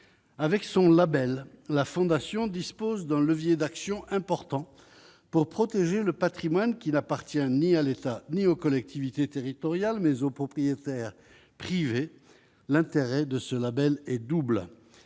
avec son Label, la fondation dispose d'un levier d'action important pour protéger le Patrimoine qui n'appartient ni à l'État ni aux collectivités territoriales mais aux propriétaires privés, l'intérêt de ce Label est double